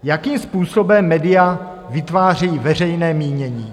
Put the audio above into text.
Jakým způsobem média vytváří veřejné mínění?